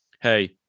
hey